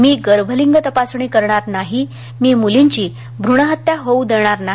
मी गर्भलिंग तपासणी करणार नाही मी मुलींची भ्रूणहत्या होऊ देणार नाही